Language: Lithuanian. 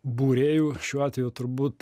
būrėjų šiuo atveju turbūt